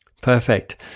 Perfect